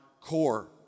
core